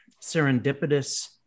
serendipitous